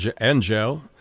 Angel